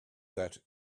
that